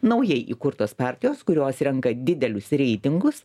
naujai įkurtos partijos kurios renka didelius reitingus